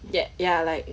ya ya like